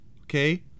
Okay